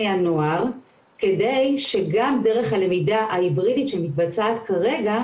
הנוער כדי שגם דרך הלמידה ההיברידית שמתבצעת כרגע,